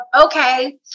okay